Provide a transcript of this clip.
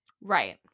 right